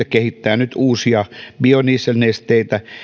kehittää nyt uusia biodieselnesteitä